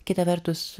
kita vertus